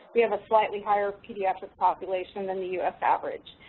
we have a slightly higher pediatric population than the u s. average.